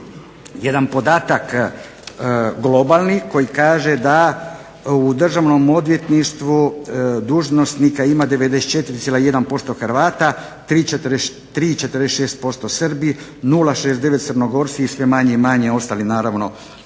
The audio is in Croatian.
jedan podatak globalni koji kaže da u državnom odvjetništvu dužnosnika ima 94,1% Hrvata, 3,46% Srbi, 0,69% Crnogorci i sve manje i manje ostali naravno pripadnici